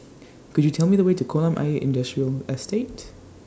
Could YOU Tell Me The Way to Kolam Ayer Industrial Estate